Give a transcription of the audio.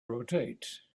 rotate